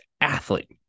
athlete